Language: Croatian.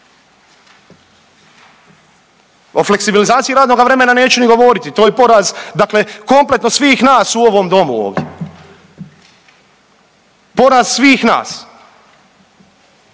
O fleksibilizaciji radnog vremena neću ni govoriti, to je poraz dakle kompletno svih nas u ovom domu ovdje. Poraz svih nas.